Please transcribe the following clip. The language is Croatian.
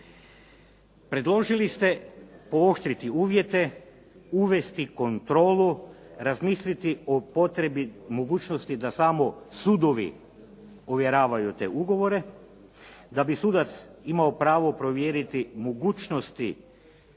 Predložili ste pooštriti uvjete, uvesti kontrolu, razmisliti o potrebi mogućnosti da smo sudovi ovjeravaju te ugovore, da bi sudac imao pravo provjeriti mogućnosti